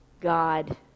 God